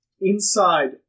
Inside